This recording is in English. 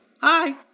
Hi